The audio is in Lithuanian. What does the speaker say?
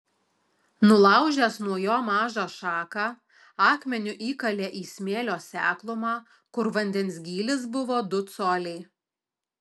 nulaužęs nuo jo mažą šaką akmeniu įkalė į smėlio seklumą kur vandens gylis buvo du coliai